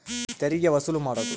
ತೆರಿಗೆ ವಸೂಲು ಮಾಡೋದು